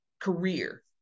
career